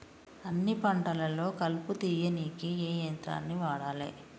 అన్ని పంటలలో కలుపు తీయనీకి ఏ యంత్రాన్ని వాడాలే?